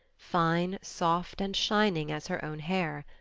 fine, soft, and shining as her own hair.